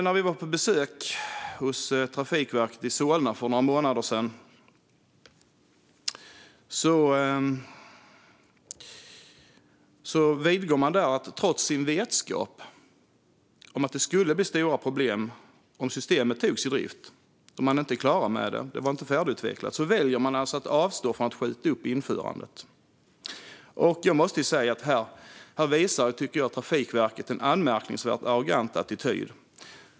När vi var på besök hos Trafikverket i Solna för några månader sedan vidgick man där att man, trots sin vetskap om att det skulle bli stora problem om systemet togs i drift eftersom systemet inte är färdigutvecklat, väljer att avstå från att skjuta upp införandet. Jag måste säga att här visar Trafikverket på en anmärkningsvärt arrogant attityd.